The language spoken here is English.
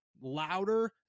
louder